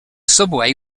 subway